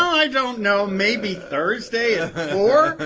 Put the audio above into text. i don't know, maybe thursday at four?